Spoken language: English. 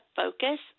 focus